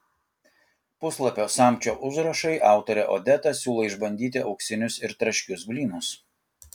puslapio samčio užrašai autorė odeta siūlo išbandyti auksinius ir traškius blynus